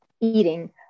eating